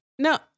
No